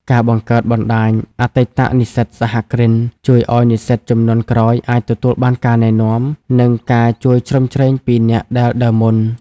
ការបង្កើតបណ្ដាញ "អតីតនិស្សិតសហគ្រិន" ជួយឱ្យនិស្សិតជំនាន់ក្រោយអាចទទួលបានការណែនាំ និងការជួយជ្រោមជ្រែងពីអ្នកដែលដើរមុន។